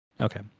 Okay